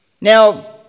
Now